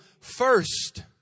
first